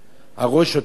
הראש יותר רגיש.